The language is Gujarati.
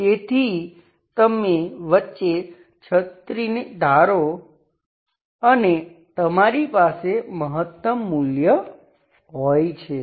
તેથી તમે વચ્ચે છત્રીને ધારો અને તમારી પાસે મહત્તમ મૂલ્ય હોય છે